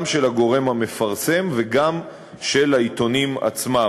גם של הגורם המפרסם וגם של העיתונים עצמם.